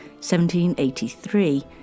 1783